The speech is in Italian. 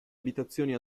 abitazioni